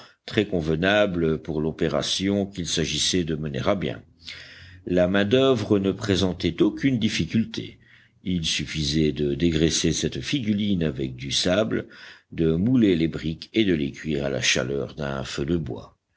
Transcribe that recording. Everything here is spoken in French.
très convenable pour l'opération qu'il s'agissait de mener à bien la maind'oeuvre ne présentait aucune difficulté il suffisait de dégraisser cette figuline avec du sable de mouler les briques et de les cuire à la chaleur d'un feu de bois